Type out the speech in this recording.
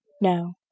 No